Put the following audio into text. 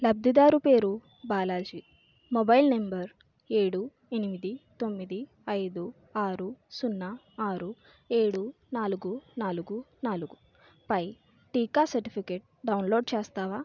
లబ్ధిదారు పేరు Balaji mobile number ఏడు ఎనిమిది తొమ్మిది ఐదు ఆరు సున్నా ఆరు ఏడు నాలుగు నాలుగు నాలుగుపై టీకా సర్టిఫికేట్ డౌన్లోడ్ చేస్తావా